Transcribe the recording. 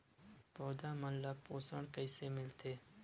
पौधा मन ला पोषण कइसे मिलथे?